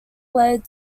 led